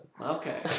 Okay